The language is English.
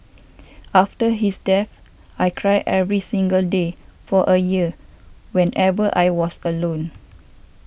after his death I cried every single day for a year whenever I was alone